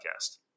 podcast